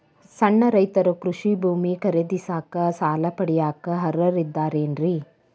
ಸಣ್ಣ ರೈತರು ಕೃಷಿ ಭೂಮಿ ಖರೇದಿಸಾಕ, ಸಾಲ ಪಡಿಯಾಕ ಅರ್ಹರಿದ್ದಾರೇನ್ರಿ?